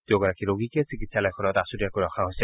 দুয়োগৰাকী ৰোগীকে চিকিৎসালয়খনত আছুতীয়াকৈ ৰখা হৈছে